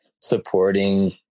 supporting